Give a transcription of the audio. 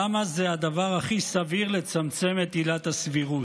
למה זה הדבר הכי סביר, לצמצם את עילת הסבירות?